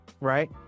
right